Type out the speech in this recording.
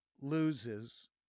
loses